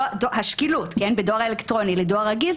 השקילות בדואר אלקטרוני לדואר רגיל,